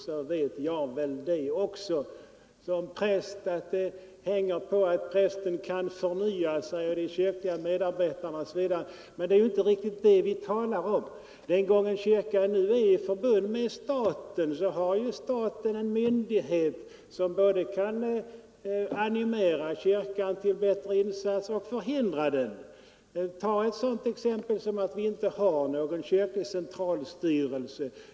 Som präst vet jag också att mycket hänger på att prästen och de kyrkliga medarbetarna kan förnya sig. Men det är inte riktigt det vi talar om. Eftersom kyrkan nu är i förbund med staten har staten också makten att både förhjälpa kyrkan till bättre insatser och förhindra sådana. Tag som exempel att vi har förmenats kyrklig centralstyrelse.